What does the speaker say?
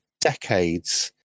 decades